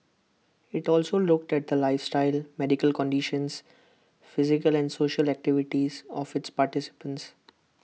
IT also looked at the lifestyles medical conditions physical and social activities of its participants